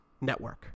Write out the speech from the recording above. network